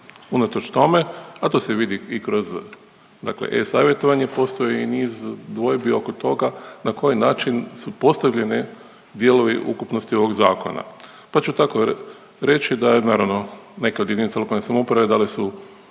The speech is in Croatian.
unatoč tome, a to se vidi i kroz, dakle e-savjetovanje postoji niz dvojbi oko toga na koji način su postavljeni dijelovi ukupnosti ovog zakona, pa ću tako reći da je naravno neka jedinica lokalne samouprave dale su